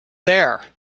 there